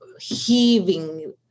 heaving